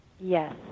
Yes